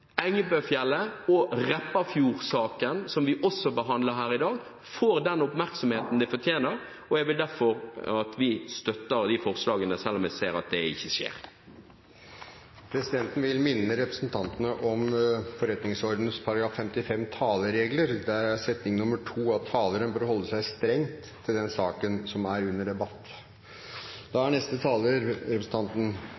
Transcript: Engebøfjellet og Repparfjord-saken som vi også behandler her i dag, får den oppmerksomheten de fortjener, og jeg vil derfor at vi støtter de forslagene selv om jeg ser at det ikke skjer. Presidenten vil minne representantene om Stortingets forretningsorden § 55 Taleregler. Der heter det at taleren bør holde seg strengt til den saken som er under debatt.